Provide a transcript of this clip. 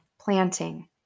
Planting